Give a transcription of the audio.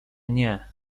nie